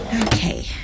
Okay